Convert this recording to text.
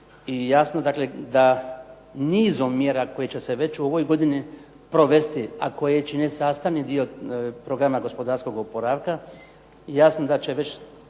I jasno dakle da nizom mjera koje će se već u ovoj godini provesti, a koje čine sastavni dio programa gospodarskog oporavka, jasno da će već